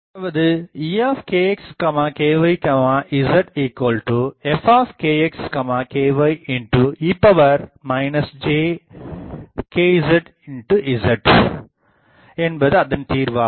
அதாவது E kx ky zfkx kye jkzz என்பது அதன் தீர்வாகும்